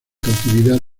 cautividad